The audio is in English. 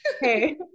Hey